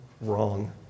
wrong